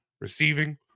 receiving